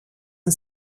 and